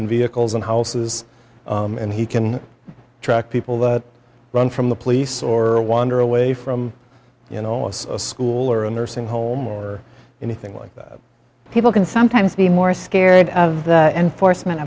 and vehicles and houses and he can track people that run from the police or wander away from you know of a school or a nursing home or anything like that people can sometimes be more scared of the enforcement